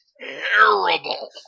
Terrible